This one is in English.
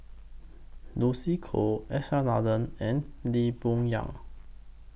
Lucy Koh S R Nathan and Lee Boon Yang